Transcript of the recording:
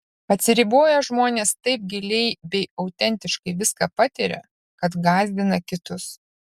atsiriboję žmonės taip giliai bei autentiškai viską patiria kad gąsdina kitus